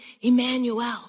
Emmanuel